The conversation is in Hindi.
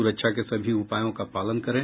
सुरक्षा के सभी उपायों का पालन करें